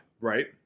right